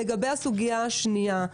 לגבי הסוגייה השנייה,